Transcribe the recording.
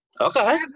Okay